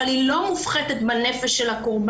אבל היא לא מופחתת בנפש של הקורבן.